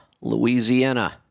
Louisiana